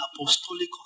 apostolic